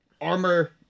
armor